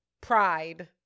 pride